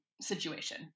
situation